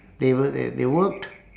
they worked at they worked